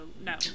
no